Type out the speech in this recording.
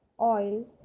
oil